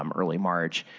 um early march.